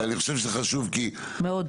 אנחנו בסך הכול מבקשים להוציא אותם